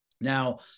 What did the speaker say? Now